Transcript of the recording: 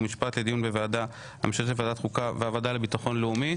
חוק ומשפט לדיון בוועדה המשותפת של ועדת החוקה והוועדה לביטחון לאומי.